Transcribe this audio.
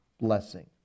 blessing